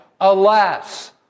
alas